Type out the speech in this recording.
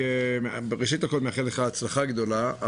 ראשית, אני מאחל לך הצלחה גדולה.